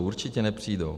Určitě nepřijdou.